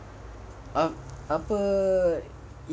err apa